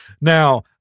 Now